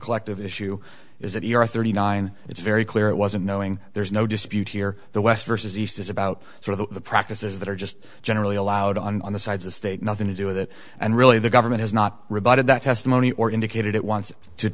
collective issue is that your thirty nine it's very clear it wasn't knowing there's no dispute here the west versus east is about sort of the practices that are just generally allowed on the side of the state nothing to do with it and really the government has not rebutted that testimony or indicated it wants to